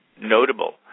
notable